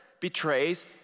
betrays